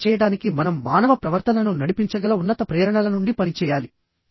అలా చేయడానికి మనం మానవ ప్రవర్తనను నడిపించగల ఉన్నత ప్రేరణల నుండి పనిచేయాలి